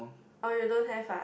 oh you don't have ah